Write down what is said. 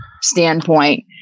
standpoint